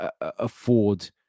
afford